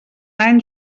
any